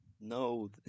No